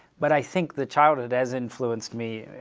but i think the childhood has influenced me